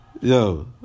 Yo